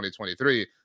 2023